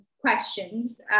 questions